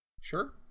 Sure